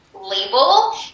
label